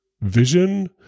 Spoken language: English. vision